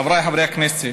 חבריי חברי הכנסת,